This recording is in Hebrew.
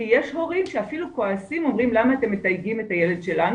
כי יש הורים שאפילו כועסים ואומרים 'למה אתם מתייגים את הילד שלנו,